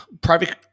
private